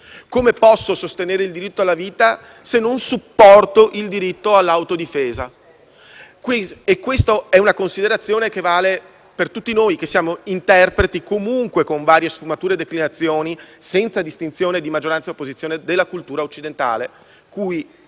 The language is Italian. Come posso sostenere il diritto alla vita se non supporto il diritto all'autodifesa? Questa è una considerazione che vale per tutti noi che siamo interpreti, con varie sfumature e declinazioni, senza distinzione di maggioranza e opposizione, della cultura occidentale cui